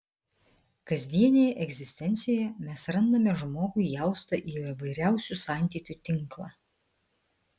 kasdienėje egzistencijoje mes randame žmogų įaustą į įvairiausių santykių tinklą